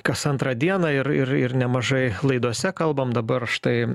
kas antrą dieną ir ir ir nemažai laidose kalbam dabar štai